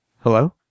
Hello